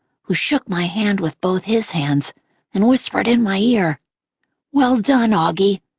who shook my hand with both his hands and whispered in my ear well done, auggie.